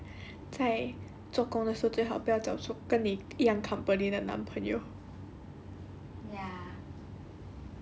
true 所以 hor to prevent all these right 在做工的时候最好不要找出跟你一样 company 的男朋友